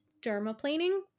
dermaplaning